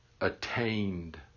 attained